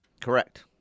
correct